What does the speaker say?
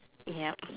yup